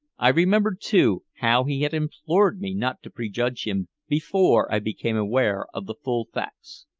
i remembered, too, how he had implored me not to prejudge him before i became aware of the full facts.